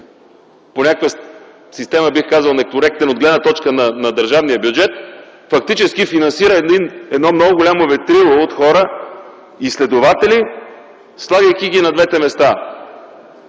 по някаква система, бих казал некоректна от гледна точка на държавния бюджет, фактически финансира едно много голямо ветрило от хора, изследователи, слагайки ги на двете места.